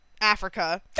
Africa